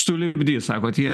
sulipdys sakot jie